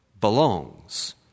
belongs